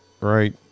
Right